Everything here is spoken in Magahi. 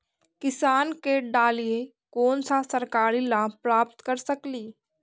किसान के डालीय कोन सा सरकरी लाभ प्राप्त कर सकली?